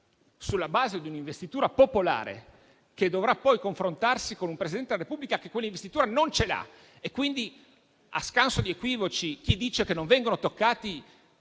sulla base di un'investitura popolare che dovrà poi confrontarsi con un Presidente della Repubblica che quell'investitura non ce l'ha. A scanso di equivoci, vorrei dire a chi dice che non vengono toccati